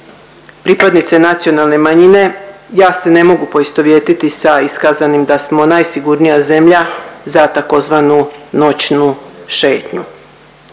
pripadnice nacionalne manjine ja se ne mogu poistovjetiti sa iskazanim da smo najsigurnija zemlja za tzv. noćnu šetnju.